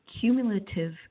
cumulative